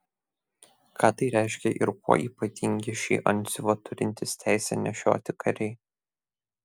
ką tai reiškia ir kuo ypatingi šį antsiuvą turintys teisę nešioti kariai